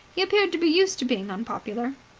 he appeared to be used to being unpopular.